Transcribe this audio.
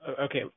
okay